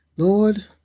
Lord